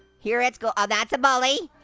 here at school, oh, that's a bully.